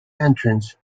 entrance